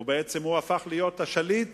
הוא בעצם הפך להיות השליט